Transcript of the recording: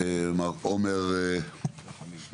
מר עומר רחמים.